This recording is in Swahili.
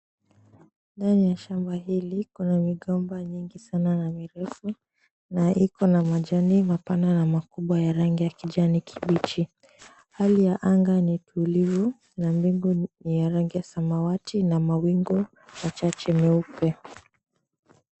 Ndani ya shamba hili kuna migomba mingi sana na mirefu na iko na majani mapana na makubwa ya rangi ya kijani kibichi. Hali ya anga ni tulivu na mbingu ni ya rangi ya samawati na mawingu machache meupe.